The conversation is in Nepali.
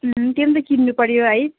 त्यो पनि त किन्नुपऱ्यो है